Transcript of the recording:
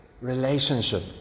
Relationship